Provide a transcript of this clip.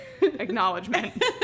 acknowledgement